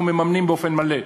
אנחנו מממנים באופן מלא,